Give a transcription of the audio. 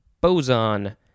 Boson